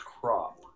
crop